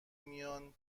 میان